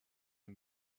and